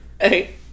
Hey